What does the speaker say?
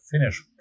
finish